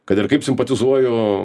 kad ir kaip simpatizuoju